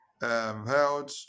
held